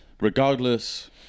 Regardless